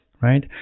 right